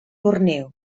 borneo